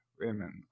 women